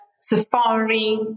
safari